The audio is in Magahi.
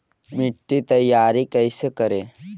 मिट्टी तैयारी कैसे करें?